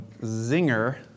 zinger